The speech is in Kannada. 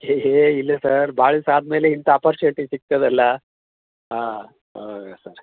ಹೆ ಹೇ ಇಲ್ಲ ಸರ್ ಭಾಳ್ ದಿವಸ ಆದ್ಮೇಲೆ ಇಂಥಾ ಅಪಾರ್ಚುನಿಟಿ ಸಿಕ್ತದಲ್ಲ ಹಾಂ ಹಾಂ ಸರ್